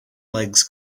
legs